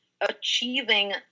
achieving